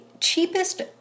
cheapest